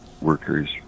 workers